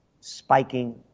spiking